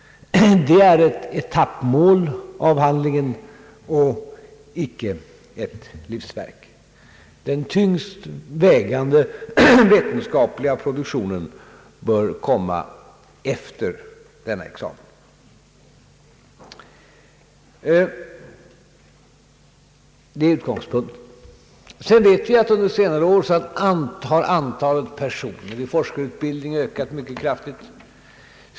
Avhandlingen skall vara ett etappmål och icke ett livsverk. Den tyngst vägande vetenskapliga produktionen bör komma efter denna examen. Det är utgångspunkten. Sedan vet vi att under senare år har antalet personer i forskarutbildningen ökat mycket kraftigt.